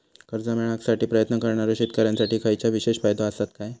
कर्जा मेळाकसाठी प्रयत्न करणारो शेतकऱ्यांसाठी खयच्या विशेष फायदो असात काय?